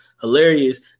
hilarious